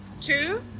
two